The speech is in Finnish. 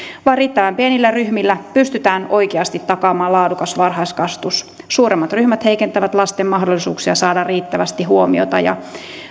riittävän pienillä ryhmillä pystytään oikeasti takaamaan laadukas varhaiskasvatus suuremmat ryhmät heikentävät lasten mahdollisuuksia saada riittävästi huomiota ja